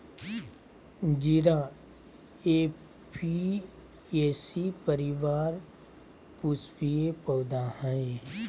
जीरा ऍपियेशी परिवार पुष्पीय पौधा हइ